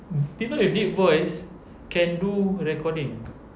people with deep voice can do recording